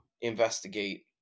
investigate